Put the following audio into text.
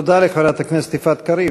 תודה לחברת הכנסת יפעת קריב.